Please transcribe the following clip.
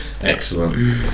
Excellent